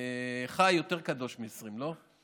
ח"י יותר קדוש מ-20, לא?